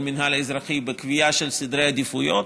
המינהל האזרחי לקביעה של סדר עדיפויות.